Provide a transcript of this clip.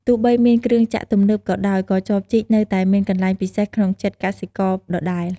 ទោះបីមានគ្រឿងចក្រទំនើបក៏ដោយ ក៏ចបជីកនៅតែមានកន្លែងពិសេសក្នុងចិត្តកសិករដដែល។